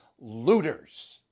looters